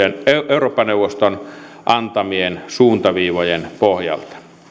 eurooppa neuvoston antamien suuntaviivojen pohjalta